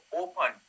open